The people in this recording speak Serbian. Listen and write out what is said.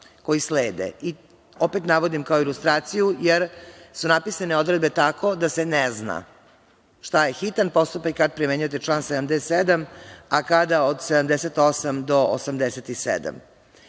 koji slede. Opet navodim, kao ilustraciju, jer su napisane odredbe tako da se ne zna šta je hitan postupak i kada primenjujete član 77, a kada od 78. do 87.